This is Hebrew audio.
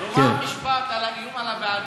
תאמר משפט על האיום על הוועדים.